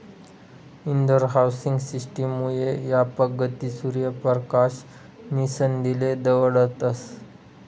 Indore housing system मुये यापक गती, सूर्य परकाश नी संधीले दवडतस